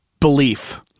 belief